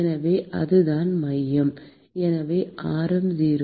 எனவே அதுதான் மையம் எனவே ஆரம் 0